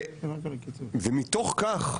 מתוך כך,